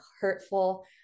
hurtful